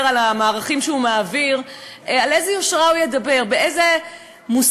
במערכים שהוא מעביר להם על איזו יושרה הוא ידבר?